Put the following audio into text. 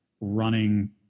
running